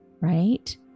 right